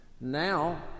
Now